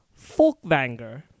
Folkvanger